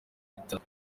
bitaro